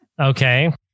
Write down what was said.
Okay